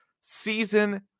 Season